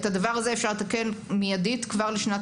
את הדבר הזה אפשר לתקן מידית כבר לשנת